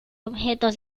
objetos